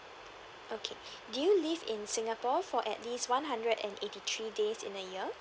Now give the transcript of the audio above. okay do you live in singapore for at least one hundred and eighty three days in a year